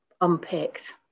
unpicked